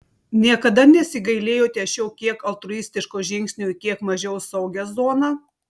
niekada nesigailėjote šio kiek altruistiško žingsnio į kiek mažiau saugią zoną